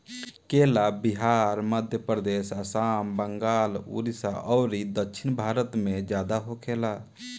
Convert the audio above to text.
केला बिहार, मध्यप्रदेश, आसाम, बंगाल, उड़ीसा अउरी दक्षिण भारत में ज्यादा होखेला